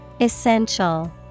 Essential